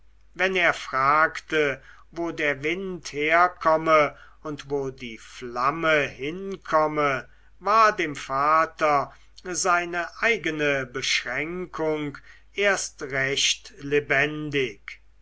wenn er fragte wo der wind herkomme und wo die flamme hinkomme war dem vater seine eigene beschränkung erst recht lebendig